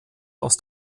aus